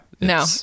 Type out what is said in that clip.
No